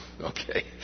Okay